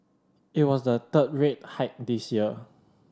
it was the third rate hike this year